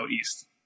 east